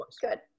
good